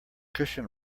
cushion